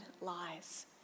lies